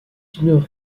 une